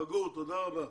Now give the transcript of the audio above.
מר גור, תודה רבה.